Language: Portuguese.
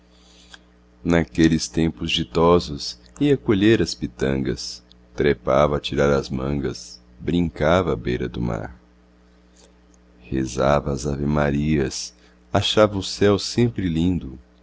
naqueles tempos ditosos ia colher as pitangas trepava a tirar as mangas brincava à beira do mar rezava às ave-marias achava o céu sempre lindo